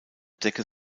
decke